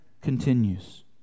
continues